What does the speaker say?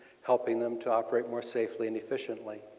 helping them to operate more safely and efficiently.